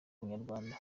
ubunyarwanda